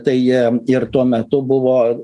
tai ir tuo metu buvo